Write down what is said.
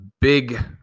big